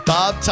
Bob